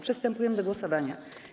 Przystępujemy do głosowania.